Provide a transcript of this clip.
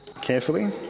carefully